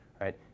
right